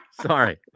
Sorry